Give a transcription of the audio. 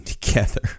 together